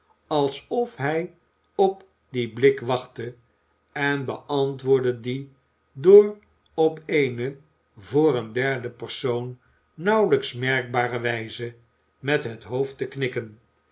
alsof hij op dien blik wachtte en beantwoordde dien door op eene voor een derden persoon nauwelijks merkbare wijze met het hoofd te knikken